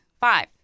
five